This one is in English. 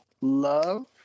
love